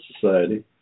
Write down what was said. society